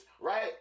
right